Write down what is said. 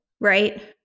right